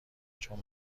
چون